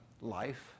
life